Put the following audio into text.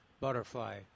butterfly